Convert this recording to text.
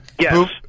Yes